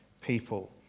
people